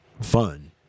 fun